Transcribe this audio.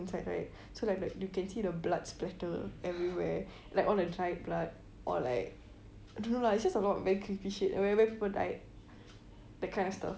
inside right so like the you can see the blood splatter everywhere like all the dried blood or like I don't know lah it's just some a lot very creepy shit like where people died that kind of stuff